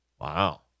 Wow